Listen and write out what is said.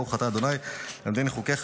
ברוך אתה ה' למדני חקיך.